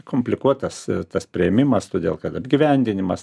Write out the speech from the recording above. komplikuotas tas priėmimas todėl kad apgyvendinimas